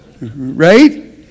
Right